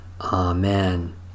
Amen